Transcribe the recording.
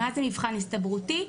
מה זה מבחן הסתברותי,